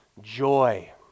joy